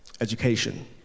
Education